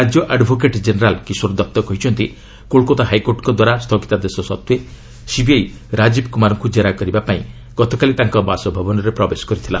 ରାଜ୍ୟ advocate general Kishore Datta କହିଛନ୍ତି କୋଲକାତା ହାଇକୋର୍ଟଙ୍କ ଦ୍ୱାରା ସ୍ଥଗିତାଦେଶ ସତ୍ତ୍ୱେ ସିବିଆଇ ରାଜୀବ କୁମାରଙ୍କୁ ଜେରା କରିବା ପାଇଁ ଗତକାଲି ତାଙ୍କ ବାସଭବନରେ ପ୍ରବେଶ କରିଥିଲା